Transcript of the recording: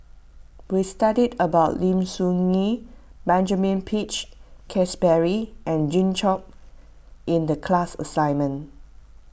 we studied about Lim Soo Ngee Benjamin Peach Keasberry and Jimmy Chok in the class assignment